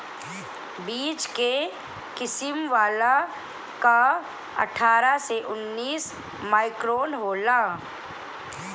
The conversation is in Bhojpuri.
बीच के किसिम वाला कअ अट्ठारह से उन्नीस माइक्रोन होला